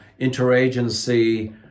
interagency